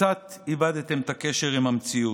קצת איבדתם את הקשר עם המציאות.